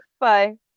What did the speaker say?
Bye